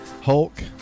Hulk